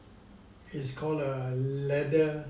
is call a leather